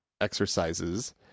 exercises